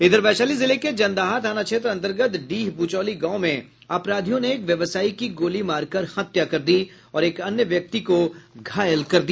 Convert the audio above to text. इधर वैशाली जिले के जनदाहा थाना क्षेत्र अंतर्गत डीह बुचौली गांव में अपराधियों ने एक व्यवसायी की गोली मारकर हत्या कर दी और एक अन्य व्यक्ति को घायल कर दिया